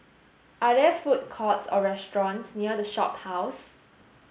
are there food courts or restaurants near The Shophouse